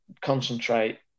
concentrate